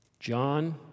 John